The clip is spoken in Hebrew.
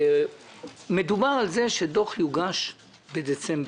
מדובר על זה שדוח יוגש בדצמבר,